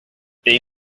they